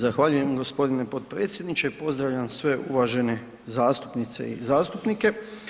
Zahvaljujem g. potpredsjedniče, pozdravljam sve uvažene zastupnice i zastupnike.